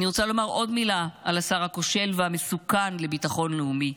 אני רוצה לומר עוד מילה על השר הכושל והמסוכן לביטחון לאומי: